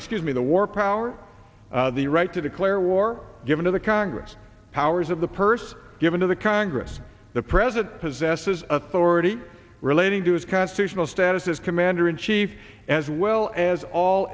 excuse me the war powers the right to declare war given to the congress powers of the purse given to the congress the president possesses authority relating to his constitutional status as commander in chief as well as all